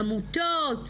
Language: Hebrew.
עמותות,